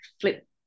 flip